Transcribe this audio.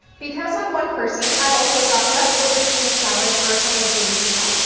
because i'm one person, i've also got leftover tuna salad for a couple of days now,